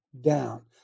down